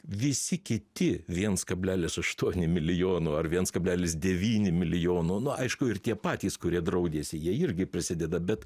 visi kiti viens kablelis aštuoni milijono ar viens kablelis devyni milijono nu aišku ir tie patys kurie draudėsi jie irgi prisideda bet